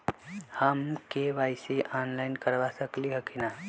हम KYC online करवा सकली ह कि न?